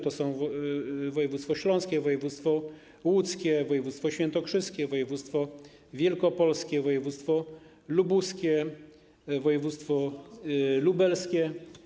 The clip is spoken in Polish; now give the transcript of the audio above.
To województwo śląskie, województwo łódzkie, województwo świętokrzyskie, województwo wielkopolskie, województwo lubuskie, województwo lubelskie.